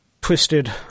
twisted